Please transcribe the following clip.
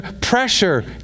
pressure